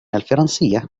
الفرنسية